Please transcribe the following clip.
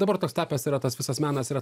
dabar toks tapęs yra tas visas menas yra